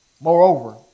Moreover